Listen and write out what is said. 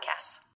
podcasts